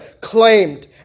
claimed